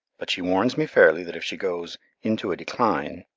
but she warns me fairly that if she goes into a decline,